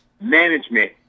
management